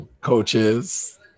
Coaches